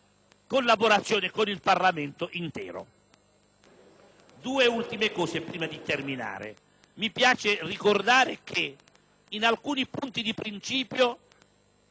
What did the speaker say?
collaborazione con il Parlamento intero. Due ultime osservazioni prima di terminare. Mi piace ricordare che in alcuni punti di principio